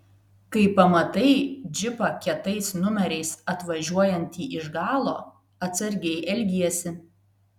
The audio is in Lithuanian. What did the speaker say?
kai pamatai džipą kietais numeriais atvažiuojantį iš galo atsargiai elgiesi